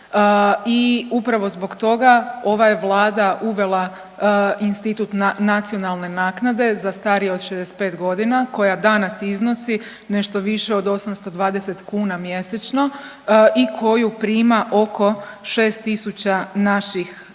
i upravo zbog toga ova je vlada uvela institut nacionalne naknade za starije od 65 godina koja danas iznosi nešto više od 820 kuna mjesečno i koju prima oko 6.000 naših